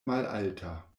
malalta